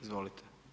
Izvolite.